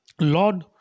Lord